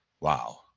wow